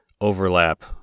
overlap